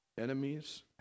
enemies